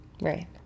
Right